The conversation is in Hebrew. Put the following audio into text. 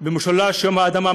במשולש יום האדמה,